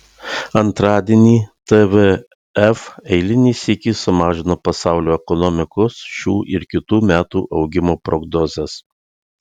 antradienį tvf eilinį sykį sumažino pasaulio ekonomikos šių ir kitų metų augimo prognozes